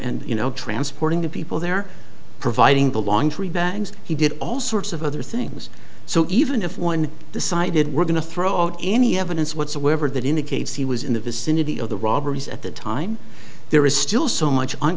and you know transporting the people there providing the long three bags he did all sorts of other things so even if one decided we're going to throw out any evidence whatsoever that indicates he was in the vicinity of the robberies at the time there is still so much